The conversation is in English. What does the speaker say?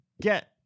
get